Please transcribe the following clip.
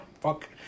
fuck